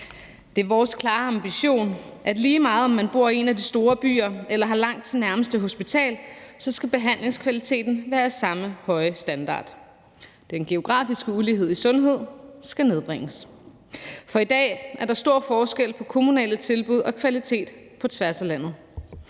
Det er vores klare ambition, at lige meget om man bor i en af de store byer eller man har langt til det nærmeste hospital, skal behandlingskvaliteten være af samme høje standard. Den geografiske ulighed i sundhed skal nedbringes. For i dag er der stor forskel på kommunale tilbud og kvalitet på tværs af landet.